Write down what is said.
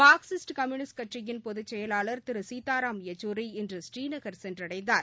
Marxist Communist கட்சியின் பொதுச்செயலாளர் திரு சீதாராம் யச்சூரி இன்று புநீநகர் சென்றடைந்தார்